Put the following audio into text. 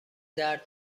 درد